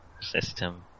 system